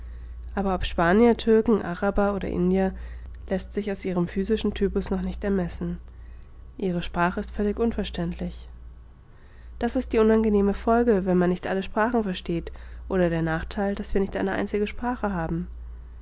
aber ob spanier türken araber oder indier läßt sich aus ihrem physischen typus noch nicht ermessen ihre sprache ist völlig unverständlich das ist die unangenehme folge wenn man nicht alle sprachen versteht oder der nachtheil daß wir nicht eine einzige sprache haben